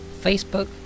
Facebook